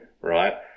right